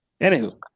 Anywho